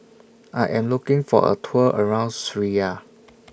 I Am looking For A Tour around Syria